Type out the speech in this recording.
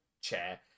Chair